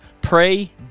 Pray